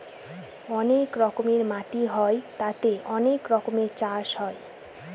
অনেক রকমের মাটি হয় তাতে অনেক রকমের চাষ হয়